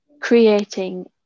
creating